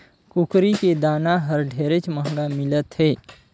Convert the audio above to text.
कुकरी के दाना हर ढेरेच महंगा मिलत हे